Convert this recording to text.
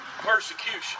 persecution